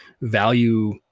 value